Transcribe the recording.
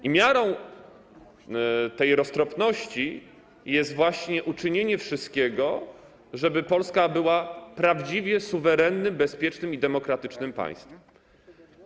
I miarą tej roztropności jest właśnie uczynienie wszystkiego, żeby Polska była prawdziwie suwerennym, bezpiecznym i demokratycznym państwem.